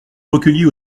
recueillies